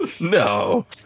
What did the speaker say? No